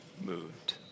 moved